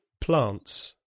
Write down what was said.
Plants